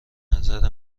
نظر